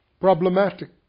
problematic